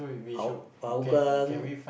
hou~ Hougang